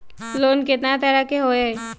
Loan केतना तरह के होअ हई?